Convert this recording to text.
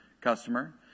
customer